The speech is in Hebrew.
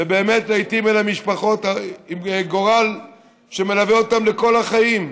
ובאמת לעיתים המשפחות עם גורל שמלווה אותן לכל החיים,